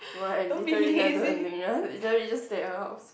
no i literally never do anything i literally just stay at her house